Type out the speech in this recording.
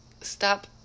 stop